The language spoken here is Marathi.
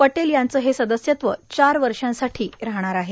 पटेल यांचं सदस्यत्व चार वर्षांसाठी राहणार आहे